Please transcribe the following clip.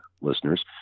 listeners